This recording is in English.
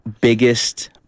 biggest